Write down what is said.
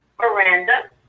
Miranda